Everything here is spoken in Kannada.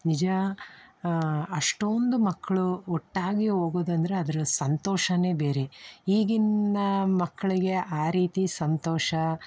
ನಿಜ ಅಷ್ಟೊಂದು ಮಕ್ಕಳು ಒಟ್ಟಾಗಿ ಹೋಗೋದಂದ್ರೆ ಅದರ ಸಂತೋಷವೇ ಬೇರೆ ಈಗಿನ ಮಕ್ಕಳಿಗೆ ಆ ರೀತಿ ಸಂತೋಷ